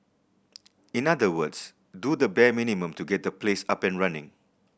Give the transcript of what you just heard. in other words do the bare minimum to get the place up and running